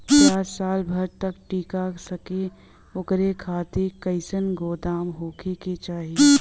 प्याज साल भर तक टीका सके ओकरे खातीर कइसन गोदाम होके के चाही?